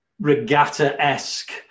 regatta-esque